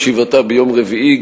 בישיבתה ביום רביעי,